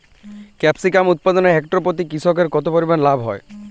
Capsicum উৎপাদনে hectare প্রতি কৃষকের কত পরিমান লাভ হয়?